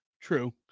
True